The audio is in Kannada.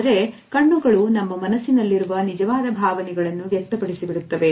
ಆದರೆ ಕಣ್ಣುಗಳು ನಮ್ಮ ಮನಸ್ಸಿನಲ್ಲಿರುವ ನಿಜವಾದ ಭಾವನೆಗಳನ್ನು ವ್ಯಕ್ತಪಡಿಸಿ ಬಿಡುತ್ತವೆ